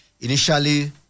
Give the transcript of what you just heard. initially